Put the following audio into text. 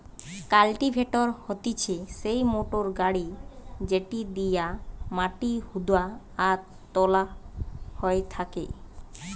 cultivator হতিছে সেই motor গাড়ি যেটি দিয়া মাটি হুদা আর তোলা হয় থাকে